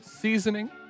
seasoning